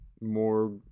more